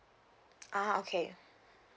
(uh huh) okay